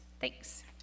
Thanks